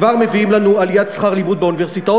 כבר מביאים לנו עליית שכר לימוד באוניברסיטאות,